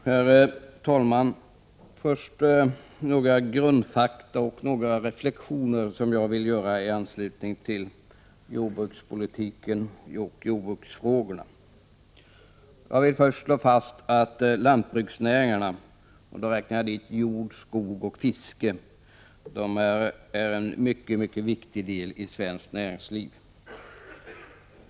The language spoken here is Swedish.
Herr talman! Först några grundfakta och några reflexioner i anslutning till jordbrukspolitiken och jordbruksfrågorna. Jag vill först slå fast att lantsbruksnäringarna — dit räknar jag jordbruk, skogsbruk och fiske — är en mycket viktig del i svenskt näringsliv.